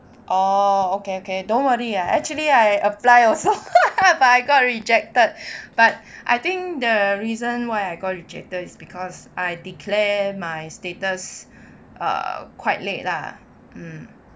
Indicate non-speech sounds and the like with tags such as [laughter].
oh okay okay don't worry ah actually I apply also [laughs] but I got rejected but I think the reason why I got rejected is because I declare my status err quite late lah